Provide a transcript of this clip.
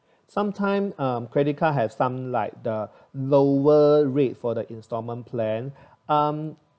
sometime um credit card have some like the lower rate for the installment plan um